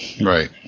Right